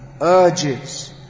urges